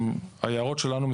היערות שלנו מסומנים.